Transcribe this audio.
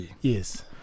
yes